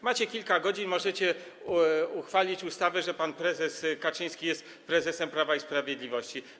Macie kilka godzin, możecie uchwalić ustawę mówiącą, że pan prezes Kaczyński jest prezesem Prawa i Sprawiedliwości.